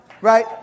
right